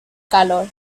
calor